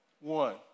one